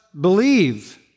believe